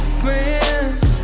friends